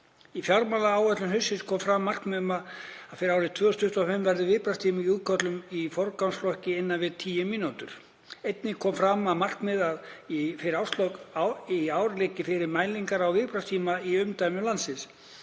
Í fjármálaáætlun haustsins kom fram markmið um að fyrir árið 2025 verði viðbragðstími í útköllum í forgangsflokki innan við tíu mínútur. Einnig kom fram það markmið að fyrir árslok í ár liggi fyrir mælingar á viðbragðstíma í umdæmum landsins.